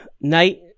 night